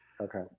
okay